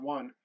One